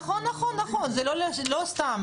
נכון, זה לא סתם.